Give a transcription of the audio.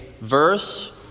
verse